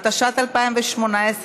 התשע"ט 2018,